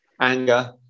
anger